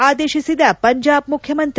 ಆದೇಶಿಸಿದ ಪಂಜಾಬ್ ಮುಖ್ಯಮಂತ್ರಿ